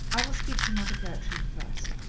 i will speak to mother gertrude first.